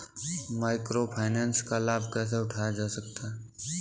Micro finance का लाभ कैसे उठाया जा सकता है?